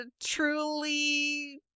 truly